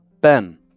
Ben